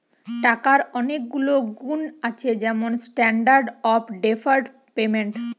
টাকার অনেক ভালো গুন্ আছে যেমন স্ট্যান্ডার্ড অফ ডেফার্ড পেমেন্ট